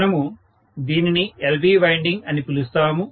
మనము దీనిని LV winding అని పిలుస్తాము